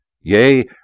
yea